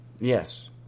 yes